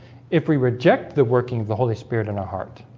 if we reject the working of the holy spirit in our heart